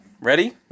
Ready